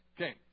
Okay